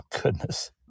goodness